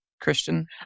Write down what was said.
Christian